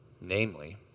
Namely